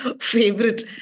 favorite